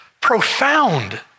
profound